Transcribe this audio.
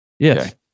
Yes